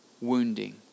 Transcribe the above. wounding